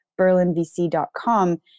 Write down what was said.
BerlinVC.com